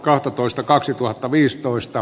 sihteeri luki